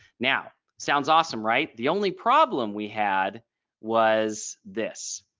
now sounds awesome right. the only problem we had was this,